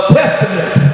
testament